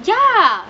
ya